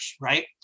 Right